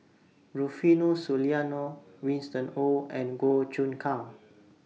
Rufino Soliano Winston Oh and Goh Choon Kang